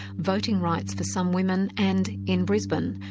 voting rights for some women and, in brisbane,